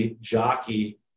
jockey